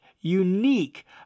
unique